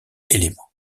éléments